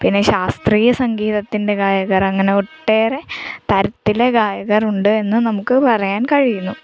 പിന്നെ ശാസ്ത്രീയ സംഗീതത്തിൻ്റെ ഗായകർ അങ്ങനെ ഒട്ടേറെ തരത്തിലെ ഗായകർ ഉണ്ട് എന്ന് നമുക്ക് പറയാൻ കഴിയുന്നു